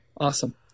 awesome